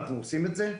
אנחנו עושים את זה.